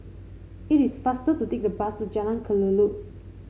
it is faster to take the bus to Jalan Kelulut